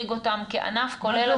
להחריג אותם כענף, כולל הסטודיו.